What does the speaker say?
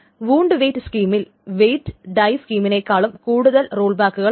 വുണ്ട് weight സ്കീമിൽ weight ഡൈ സ്കീമിനെകാളും കൂടുതൽ റോൾ ബാക്കുകളുണ്ട്